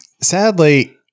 sadly